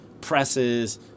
presses